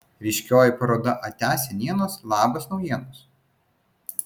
ryškioji paroda atia senienos labas naujienos